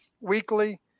weekly